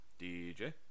DJ